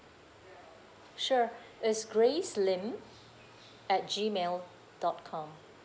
sure it's grace lim at G mail dot com